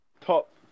top